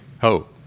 ho